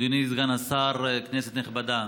אדוני סגן השר, כנסת נכבדה,